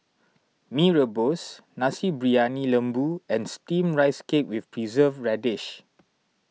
Mee Rebus Nasi Briyani Lembu and Steamed Rice Cake with Preserved Radish